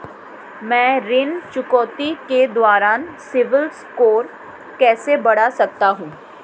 मैं ऋण चुकौती के दौरान सिबिल स्कोर कैसे बढ़ा सकता हूं?